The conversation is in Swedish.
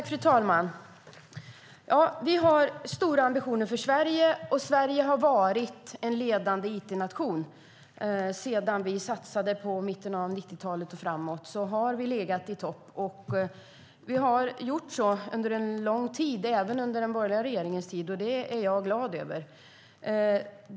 Fru talman! Vi har stora ambitioner för Sverige. Sverige har varit en ledande it-nation. Alltsedan våra satsningar från mitten av 90-talet och framåt har vi legat i topp. Vi har legat i topp under lång tid, även under den borgerliga regeringens tid, och det är jag glad över.